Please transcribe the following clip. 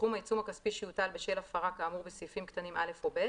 סכום העיצום הכספי שיוטל בשל הפרה כאמור בסעיפים קטנים (א) או (ב)